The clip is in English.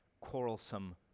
quarrelsome